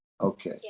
okay